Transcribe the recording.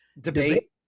debate